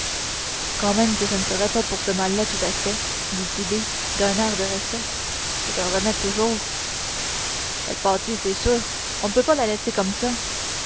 quand même ça ne serait pas pour ce mal là tout à fait dit tit'bé d'un air de respect c'est un remède de toujours elle pâtit c'est sûr on ne peut pas la laisser comme ça